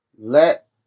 let